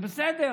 זה בסדר,